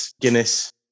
Guinness